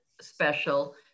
special